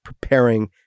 preparing